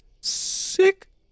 sick